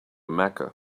mecca